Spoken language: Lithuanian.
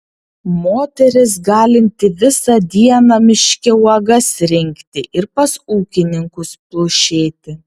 moteris galinti visą dieną miške uogas rinkti ir pas ūkininkus plušėti